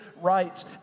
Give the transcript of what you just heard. rights